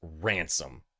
ransom